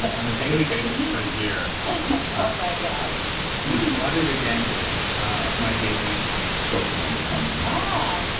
but on a daily basis for a year. oh, my god plotted against ah my daily score from one to ten, on ah